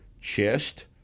chest